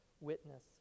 witness